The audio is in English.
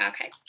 Okay